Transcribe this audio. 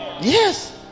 yes